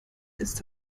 ist